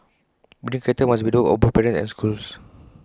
building character must be the work of both parents and schools